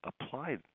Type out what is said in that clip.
apply